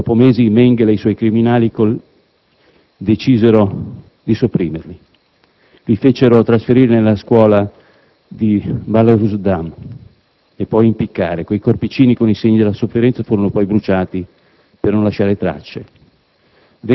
Dopo mesi, Mengele e i suoi criminali colleghi decisero di sopprimerli. Li fecero trasferire alla scuola di Bullenhuser Damm e poi impiccare. Quei corpicini, con i segni della sofferenza, furono poi bruciati per non lasciare tracce;